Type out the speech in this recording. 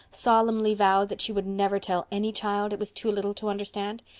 solemnly vowed that she would never tell any child it was too little to understand?